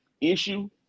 issue